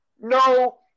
no